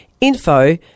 info